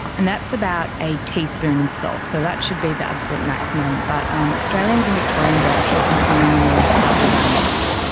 and that's about a teaspoon of salt. so that should be the absolute maximum. but um australians and victorians are actually consuming nearly double that amount.